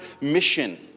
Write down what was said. mission